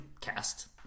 cast